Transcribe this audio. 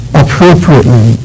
appropriately